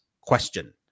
question